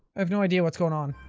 have no idea what's going on.